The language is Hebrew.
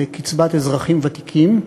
זה קצבת אזרחים ותיקים,